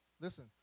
Listen